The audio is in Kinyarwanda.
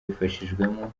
abifashijwemo